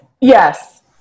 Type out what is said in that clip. Yes